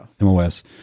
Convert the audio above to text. MOS